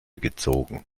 gezogen